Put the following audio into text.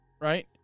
Right